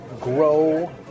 grow